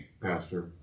pastor